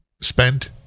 spent